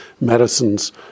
medicines